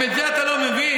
אל תפריע לו.